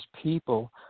people